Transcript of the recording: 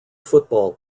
football